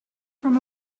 from